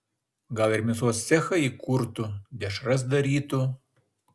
gal ir mėsos cechą įkurtų dešras darytų